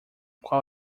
qual